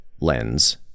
lens